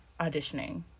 auditioning